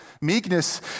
Meekness